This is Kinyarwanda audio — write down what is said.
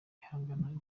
ihangana